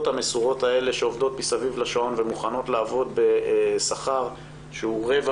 המסורות האלה שעובדות מסביב לשעון ומוכנות לעבוד בשכר שהוא רבע